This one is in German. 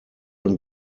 ein